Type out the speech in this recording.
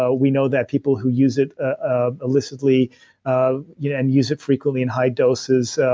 so we know that people who use it ah illicitly um you know and use it frequently in high doses